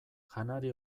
janari